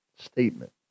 statement